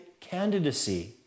candidacy